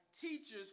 teachers